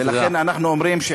תודה.